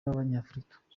b’abanyafurika